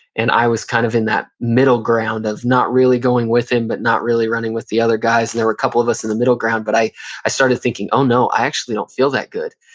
and i was kind of in that middle ground of not really going with him, but not really running with the other guys. and there were a couple of us in the middle ground, but i i started thinking, oh no, i actually don't feel that good,